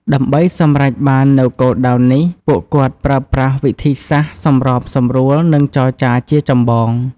ដើម្បីសម្រេចបាននូវគោលដៅនេះ ពួកគាត់ប្រើប្រាស់ វិធីសាស្ត្រសម្របសម្រួល និងចរចា ជាចម្បង។